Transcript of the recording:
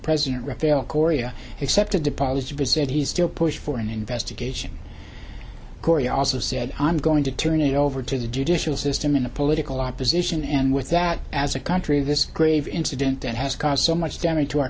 president rafael correa excepted deposits to visit he still push for an investigation cory also said i'm going to turn it over to the judicial system in a political opposition and with that as a country this grave incident that has caused so much damage to our